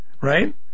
right